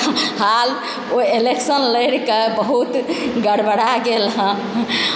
हाल ओ इलेक्शन लड़िकऽ बहुत गड़बड़ा गेल हँ